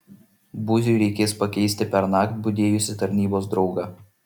buziui reikės pakeisti pernakt budėjusį tarnybos draugą